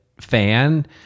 fan